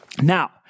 Now